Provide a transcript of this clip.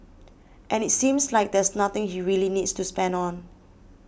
and it seems like there's nothing he really needs to spend on